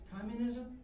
communism